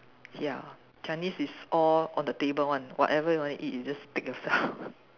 ya Chinese is all on the table [one] whatever you want to eat you just take yourself